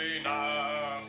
enough